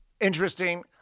interesting